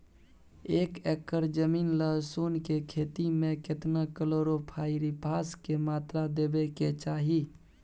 एक एकर जमीन लहसुन के खेती मे केतना कलोरोपाईरिफास के मात्रा देबै के चाही?